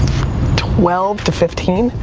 twelve to fifteen.